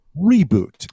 reboot